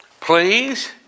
please